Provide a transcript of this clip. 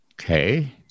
Okay